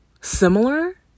similar